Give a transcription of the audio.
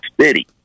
city